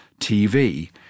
TV